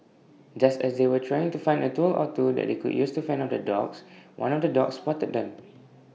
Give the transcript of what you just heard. just as they were trying to find A tool or two that they could use to fend off the dogs one of the dogs spotted them